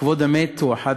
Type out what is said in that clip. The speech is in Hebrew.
כבוד המת הוא אחד מהם.